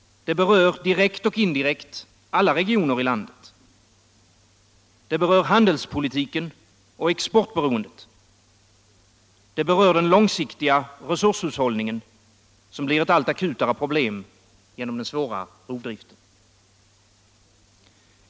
Det berör direkt och indirekt alla regioner i landet. Det berör handelspolitiken och exportberoendet. Det berör den långsiktiga resurshushållningen som blir ett allt akutare problem genom den svåra rovdriften.